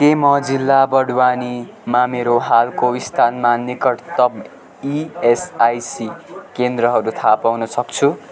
के म जिल्ला बडवानीमा मेरो हालको स्थानमा निकटतम इएसआइसी केन्द्रहरू थाहा पाउन सक्छु